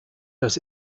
das